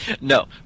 no